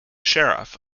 sheriff